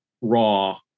raw